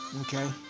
okay